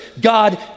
God